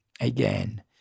again